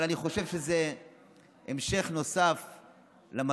אבל אני חושב שזה המשך נוסף למגמה,